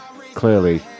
Clearly